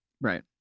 Right